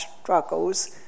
struggles